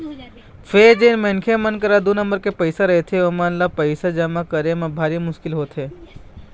फेर जेन मनखे मन करा दू नंबर के पइसा रहिथे ओमन ल पइसा जमा करे म भारी मुसकिल होथे